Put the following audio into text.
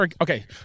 Okay